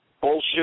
bullshit